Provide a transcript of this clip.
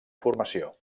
formació